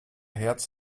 hertz